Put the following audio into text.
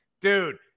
dude